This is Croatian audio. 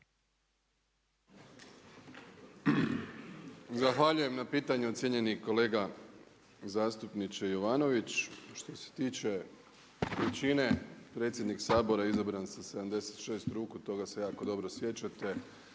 Zahvaljujem na pitanju cijenjeni kolega zastupniče Jovanović. Što se tiče većine, predsjednik Sabora je izabran sa 76 ruku, toga se jako dobro sjećate,